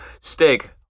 Stig